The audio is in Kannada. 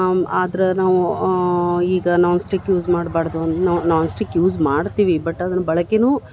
ಆದ್ರೆ ನಾವೂ ಈಗ ನಾನ್ ಸ್ಟಿಕ್ ಯೂಸ್ ಮಾಡ್ಬಾರ್ದು ನಾನ್ ಸ್ಟಿಕ್ ಯೂಸ್ ಮಾಡ್ತೀವಿ ಬಟ್ ಅದನ್ನ ಬಳಕೆಯೂ